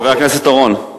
חבר הכנסת אורון,